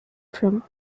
from